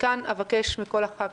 כאן אבקש מכל הח"כים: